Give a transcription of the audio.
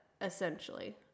essentially